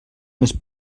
més